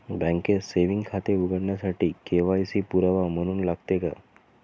बँकेत सेविंग खाते उघडण्यासाठी के.वाय.सी पुरावा म्हणून लागते का?